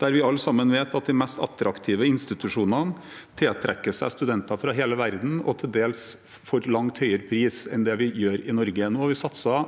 der vi alle sammen vet at de mest attraktive institusjonene tiltrekker seg studenter fra hele verden, til dels for langt høyere pris enn det vi gjør i Norge. Nå har vi